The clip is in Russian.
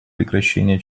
прекращения